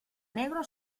negro